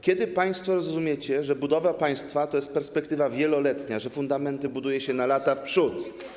Kiedy państwo zrozumiecie, że budowa państwa to jest perspektywa wieloletnia, że fundamenty buduje się na lata do przodu?